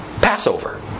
Passover